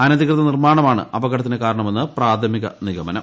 അനധികൃത നിർമ്മാണമാണ് അപകടത്തിന് കാരണമെന്ന് പ്രാഥമിക നിഗമനം